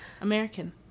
American